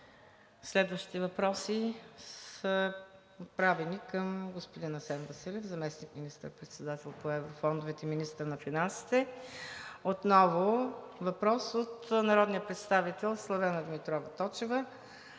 Следващите въпроси са отправени към господин Асен Василев, заместник министър-председател по еврофондовете и министър на финансите. Отново въпрос от народния представител Славена Димитрова Точева